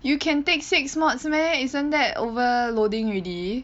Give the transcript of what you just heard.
you can take six mods meh isn't that over loading already